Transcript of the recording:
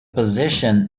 position